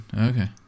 Okay